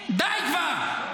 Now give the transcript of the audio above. די כבר.